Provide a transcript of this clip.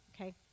Okay